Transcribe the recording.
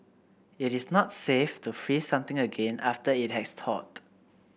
it is not safe to freeze something again after it has thawed